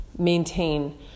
maintain